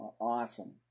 awesome